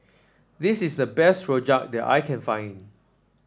this is the best rojak that I can find